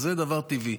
אז זה דבר טבעי.